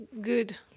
good